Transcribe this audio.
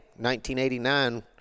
1989